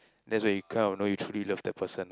that is where you kind of know you truly love the person